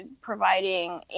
providing